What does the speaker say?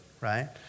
right